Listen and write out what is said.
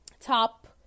top